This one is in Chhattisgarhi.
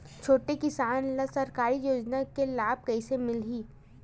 छोटे किसान ला सरकारी योजना के लाभ कइसे मिलही?